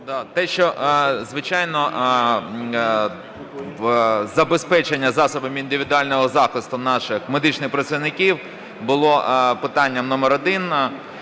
М.В. Звичайно, забезпечення засобами індивідуального захисту наших медичних працівників було питанням номер один.